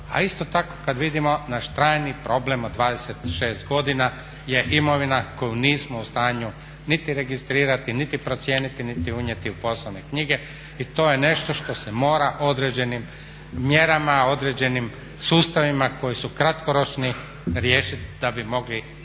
a isto tako kad vidimo naš trajni problem od 26 godina je imovina koju nismo u stanju niti registrirati niti procijeniti niti unijeti u poslovne knjige. I to je nešto što se mora određenim mjerama, određenim sustavima koji su kratkoročni riješiti da bi mogli jednu